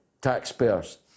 taxpayers